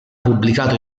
pubblicato